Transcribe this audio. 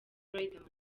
riderman